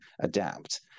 adapt